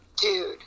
dude